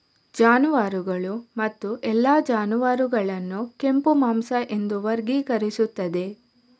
ಜಾನುವಾರುಗಳು ಮತ್ತು ಎಲ್ಲಾ ಜಾನುವಾರುಗಳನ್ನು ಕೆಂಪು ಮಾಂಸ ಎಂದು ವರ್ಗೀಕರಿಸುತ್ತದೆ